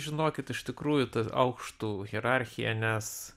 žinokit iš tikrųjų ta aukštų hierarchija nes